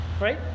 right